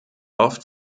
oft